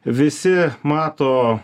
visi mato